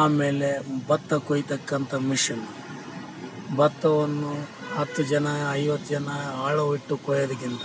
ಆಮೇಲೆ ಭತ್ತ ಕೊಯ್ಯತಕ್ಕಂಥ ಮಿಷಿನ್ ಭತ್ತವನ್ನು ಹತ್ತು ಜನ ಐವತ್ತು ಜನ ಆಳು ಇಟ್ಟು ಕೊಯ್ಯೋದಕ್ಕಿಂತ